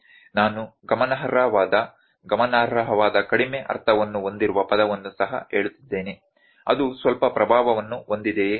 ನಾನು ಗಮನಾರ್ಹವಾದ ಗಮನಾರ್ಹವಾದ ಕಡಿಮೆ ಅರ್ಥವನ್ನು ಹೊಂದಿರುವ ಪದವನ್ನು ಸಹ ಹೇಳುತ್ತಿದ್ದೇನೆ ಅದು ಸ್ವಲ್ಪ ಪ್ರಭಾವವನ್ನು ಹೊಂದಿದೆಯೇ